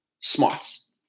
smarts